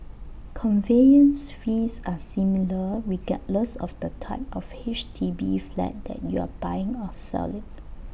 conveyance fees are similar regardless of the type of H D B flat that you are buying or selling